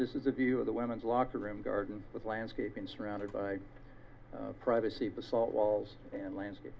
this is the view of the women's locker room garden with landscaping surrounded by privacy basalt walls and landscape